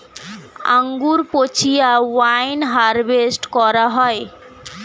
আঙ্গুর পচিয়ে wine harvest করা হয়